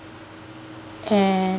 and